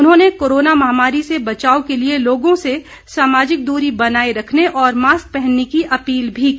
उन्होंने कोरोना महामारी से बचाव के लिए लोगों से सामाजिक दूरी बनाए रखने और मास्क पहनने की अपील भी की